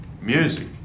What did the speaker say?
music